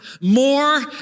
more